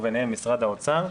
ביניהם משרד האוצר.